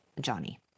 Johnny